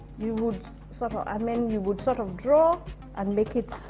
you would sort of. i mean you would sort of draw and make it